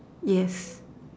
yes